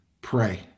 pray